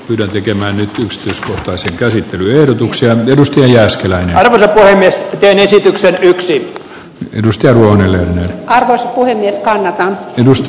yhden tekemään yksityiskohtaisia käsikirjoituksia tutustui jääskelän teen esityksen yksi edustaja on harras kun ennestään edusti